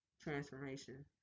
transformation